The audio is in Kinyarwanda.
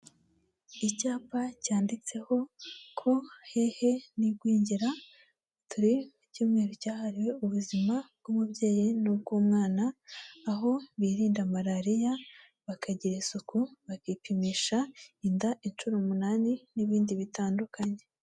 Icyapa cyanditseho ko hehe n'igwingira, turi mu cyumweru cyahariwe ubuzima bw'umubyeyi n'ubw'umwana, aho birinda malariya, bakagira isuku, bakipimisha inda inshuro umunani, n'ibindi bitandukanye.